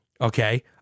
Okay